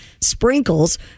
sprinkles